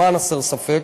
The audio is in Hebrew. למען הסר ספק,